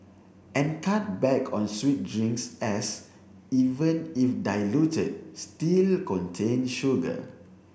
and cut back on sweet drinks as even if diluted still contain sugar